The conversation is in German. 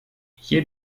hier